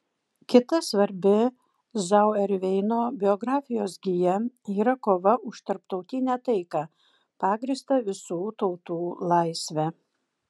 kita svarbi zauerveino biografijos gija yra kova už tarptautinę taiką pagrįstą visų tautų laisve